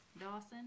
Dawson